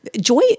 joy